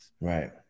Right